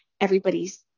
everybody's